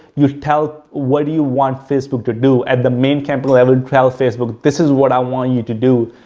you tell what do you want facebook to do. at the main campaign level, tell facebook, this is what i want you to do.